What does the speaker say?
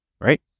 right